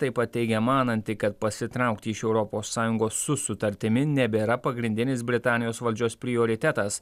taip pat teigė mananti kad pasitraukti iš europos sąjungos su sutartimi nebėra pagrindinis britanijos valdžios prioritetas